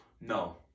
No